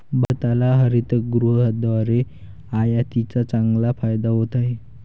भारताला हरितगृहाद्वारे आयातीचा चांगला फायदा होत आहे